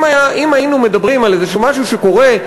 אם היינו מדברים על איזשהו משהו שקורה,